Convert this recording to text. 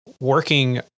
working